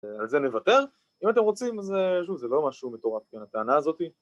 על זה נוותר, אם אתם רוצים זה לא משהו בתור התאנה הזאת